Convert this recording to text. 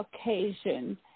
occasion